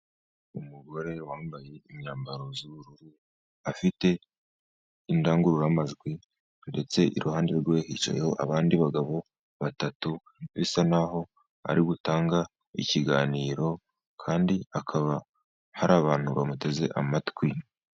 Umugore wambaye imyambaro y'ubururu afite indangururamajwi, ndetse iruhande rwe hicayeho abandi bagabo batatu bisa naho ari gutange ikiganiro, kandi hakaba hari abantu bamuteze amatwi.